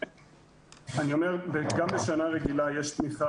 גם בשנה רגילה יש תמיכה,